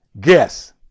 guess